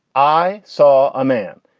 i saw a man.